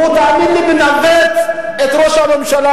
הוא, תאמין לי, מנווט את ראש הממשלה,